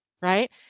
right